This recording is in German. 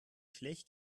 schlecht